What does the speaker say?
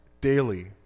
daily